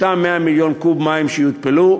אותם 100 מיליון קוב מים שיותפלו,